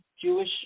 Jewish